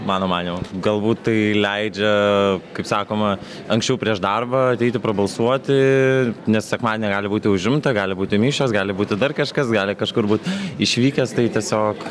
mano manymu galbūt tai leidžia kaip sakoma anksčiau prieš darbą ateiti prabalsuoti nes sekmadienį gali būti užimta gali būti mišios gali būti dar kažkas gali kažkur būt išvykęs tai tiesiog